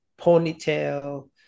ponytail